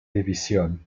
división